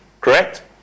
correct